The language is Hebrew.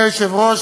אדוני היושב-ראש,